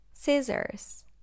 Scissors